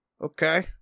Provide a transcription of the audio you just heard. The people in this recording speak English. Okay